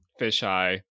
Fisheye